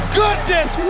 goodness